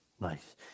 Nice